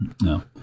No